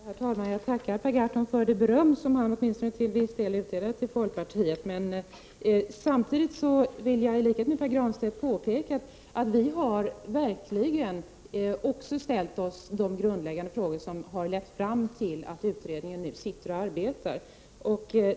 Herr talman! Jag tackar Per Gahrton för det beröm som han åtminstone till viss del utdelade till folkpartiet. Samtidigt vill jag i likhet med Pär Granstedt påpeka att vi verkligen också har ställt oss de grundläggande frågor som har lett fram till att utredningen nu arbetar.